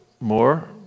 more